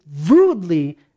rudely